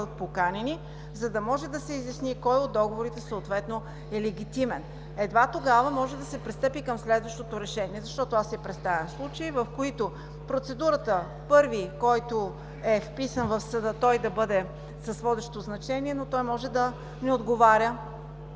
поканени, за да може да се изясни кой от договорите съответно е легитимен. Едва тогава може да се пристъпи към следващото решение, защото аз си представям случаи, в които процедурата първи, който е вписан в съда, да бъде с водещо значение, но той може да не отговаря,